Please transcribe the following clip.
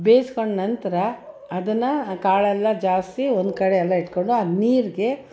ಬೇಯ್ಸ್ಕೊಂಡ ನಂತರ ಅದನ್ನು ಕಾಳೆಲ್ಲ ಜಾರಿಸಿ ಒಂದು ಕಡೆ ಅಲ್ಲೆ ಇಟ್ಕೊಂಡು ಆ ನೀರಿಗೆ